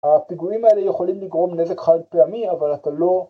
‫הפיגועים האלה יכולים לגרום ‫נזק חד פעמי, אבל אתה לא...